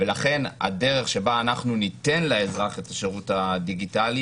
לכן הדרך שבה אנחנו ניתן לאזרח את השירות הדיגיטלי